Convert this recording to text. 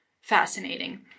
fascinating